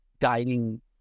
guiding